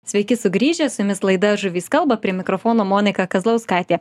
sveiki sugrįžę su jumis laida žuvys kalba prie mikrofono monika kazlauskaitė